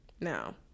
Now